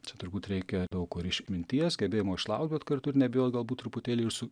čia turbūt reikia daug ko ir išminties gebėjimo išlaukt bet kartu ir nebijot galbūt truputėlį ir su